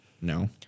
No